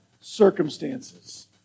circumstances